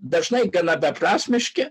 dažnai gana beprasmiški